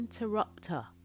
interrupter